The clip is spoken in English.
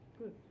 good